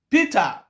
Peter